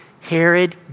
Herod